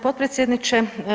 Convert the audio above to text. potpredsjedniče.